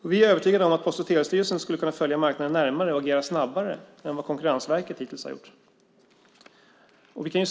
Vi är övertygade om att Post och telestyrelsen skulle kunna följa marknaden närmare och agera snabbare än vad Konkurrensverket hittills gjort.